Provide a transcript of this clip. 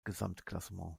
gesamtklassement